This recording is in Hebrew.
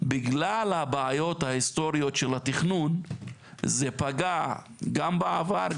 בגלל הבעיות ההיסטוריות של התכנון זה פגע גם בעבר,